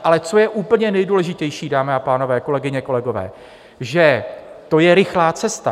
Ale co je úplně nejdůležitější, dámy a pánové, kolegyně a kolegové, že to je rychlá cesta.